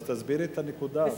אז תסבירי את הנקודה.